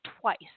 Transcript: twice